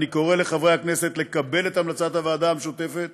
אני קורא לחברי הכנסת לקבל את המלצת הוועדה המשותפת